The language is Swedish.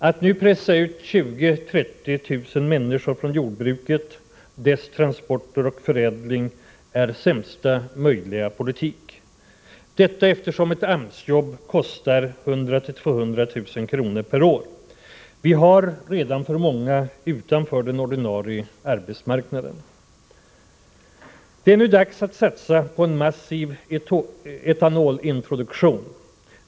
Att nu pressa ut 20 000-30 000 människor från jordbruket, dess transporter och förädling är sämsta möjliga politik — detta eftersom ett AMS-jobb kostar 100 000-200 000 kr. per år. Vi har redan för många utanför den ordinarie arbetsmarknaden. — Det är nu dags att satsa på en massiv etanolintroduktion.